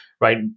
right